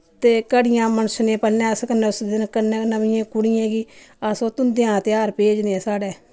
ते घड़ियां मनसने पैह्लें अस कन्नै उस दिन कन्नै नमियें कुड़ियें गी अस ओह् धमदेआं दा तेहार भेजने साढ़ै